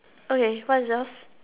okay what is yours